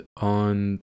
on